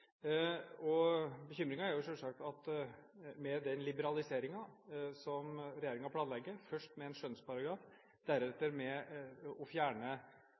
er jo selvsagt at med den liberaliseringen som regjeringen planlegger – først med en skjønnsparagraf, deretter med å fjerne